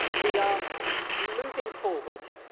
we are moving forward.